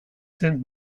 zen